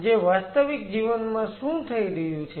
જે વાસ્તવિક જીવનમાં શું થઈ રહ્યું છે